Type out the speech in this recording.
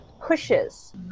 pushes